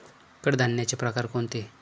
कडधान्याचे प्रकार कोणते?